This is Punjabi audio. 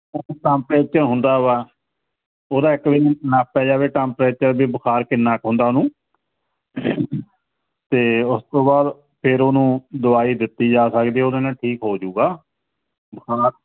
ਟੈਂਪਰੇਚਰ ਹੁੰਦਾ ਵਾ ਉਹਦਾ ਇੱਕ ਵਰੀ ਨਪਿਆ ਜਾਵੇ ਟੈਂਪਰੇਚਰ ਵੀ ਬੁਖਾਰ ਕਿੰਨਾ ਕੁ ਹੁੰਦਾ ਉਹਨੂੰ ਤੇ ਉਸ ਤੋਂ ਬਾਅਦ ਫਿਰ ਉਹਨੂੰ ਦਵਾਈ ਦਿੱਤੀ ਜਾ ਸਕਦੀ ਉਹਦੇ ਨਾਲ ਠੀਕ ਹੋਜੁਗਾ ਬੁਖਰ